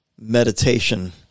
meditation